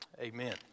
Amen